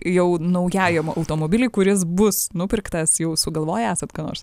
jau naujajam automobily kuris bus nupirktas jau sugalvoję esat ką nors